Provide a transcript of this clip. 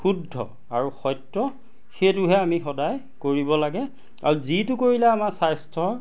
শুদ্ধ আৰু সত্য সেইটোহে আমি সদায় কৰিব লাগে আৰু যিটো কৰিলে আমাৰ স্বাস্থ্য